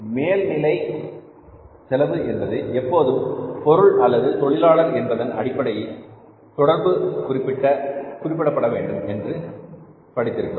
மேல் நிலை செலவு என்பது எப்போதும் பொருள் அல்லது தொழிலாளர் என்பதன் தொடர்பில் குறிப்பிடப்பட வேண்டும் என்று படித்திருக்கிறோம்